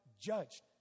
judged